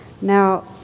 Now